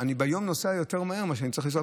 אנשים לפעמים מכוונים את הנסיעות שלהם